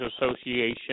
Association